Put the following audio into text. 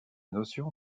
notion